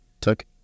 took